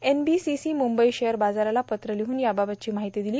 एनबीसीसीनं Mumbai share बाजाराला पत्र लिहन याबाबतची माहिती दिली